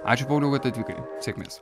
ačiū pauliau kad atvykai sėkmės